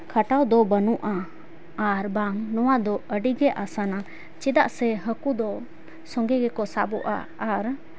ᱠᱷᱟᱴᱟᱣ ᱫᱚ ᱵᱟᱹᱱᱩᱜᱼᱟ ᱟᱨ ᱵᱟᱝ ᱱᱚᱣᱟᱫᱚ ᱟᱹᱰᱤᱜᱮ ᱟᱥᱟᱱᱟ ᱪᱮᱫᱟᱜ ᱥᱮ ᱦᱟᱹᱠᱩ ᱫᱚ ᱥᱚᱝᱜᱮ ᱜᱮᱠᱚ ᱥᱟᱵᱚᱜᱼᱟ ᱟᱨ